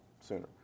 sooner